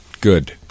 Good